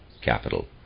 capital